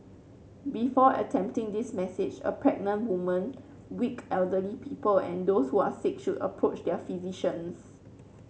before attempting this massage a pregnant woman weak elderly people and those who are sick should approach their physicians